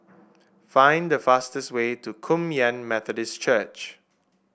find the fastest way to Kum Yan Methodist Church